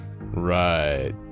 Right